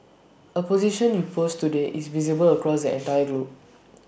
A position you post today is visible across entire globe